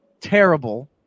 terrible